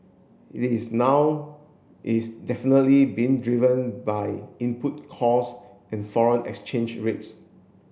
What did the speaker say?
it is now is definitely being driven by input cost and foreign exchange rates